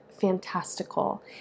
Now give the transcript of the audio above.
fantastical